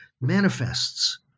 manifests